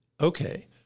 okay